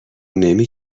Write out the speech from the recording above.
نمی